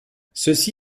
ceci